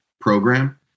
program